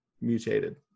mutated